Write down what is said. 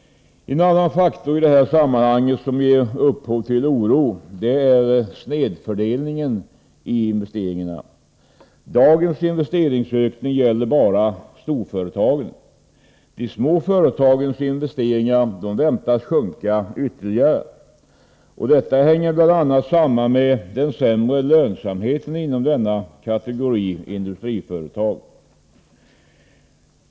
En annan faktor i detta sammanhang som ger upphov till oro är snedfördelningen i investeringarna. Dagens investeringsökning gäller bara storföretagen. De små företagens investeringar väntas sjunka ytterligare. Detta hänger bl.a. samman med den sämre lönsamheten inom denna kategori industriföretag.